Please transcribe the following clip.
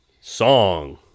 Song